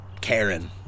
Karen